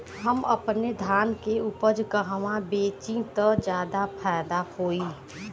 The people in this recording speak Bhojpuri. हम अपने धान के उपज कहवा बेंचि त ज्यादा फैदा होई?